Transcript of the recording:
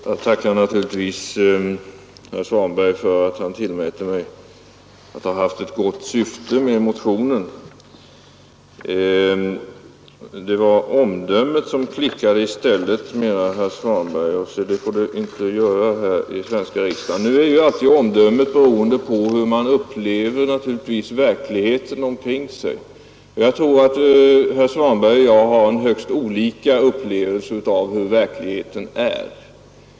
Herr talman! Jag tackar naturligtvis herr Svanberg för att han tror mig om att ha haft ett gott syfte med min motion. I stället var det mitt omdöme som klickade, menar herr Svanberg, och det får det inte göra i den svenska riksdagen! Nu är ju alltid omdömet beroende av hur man upplever verkligheten omkring sig. Jag tror att herr Svanberg och jag har högst olika upplevelser av hur verkligheten är.